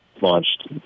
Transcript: launched